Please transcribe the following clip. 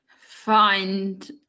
find